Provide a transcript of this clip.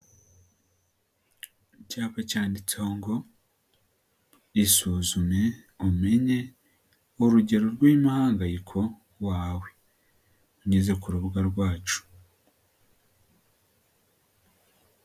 Icyapa cyanditseho ngo isuzume umenye urugero rw'umuhangayiko wawe unyuze ku rubuga rwacu.